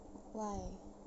why